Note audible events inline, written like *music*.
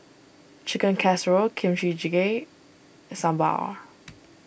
Chicken Casserole Kimchi Jjigae Sambar *noise*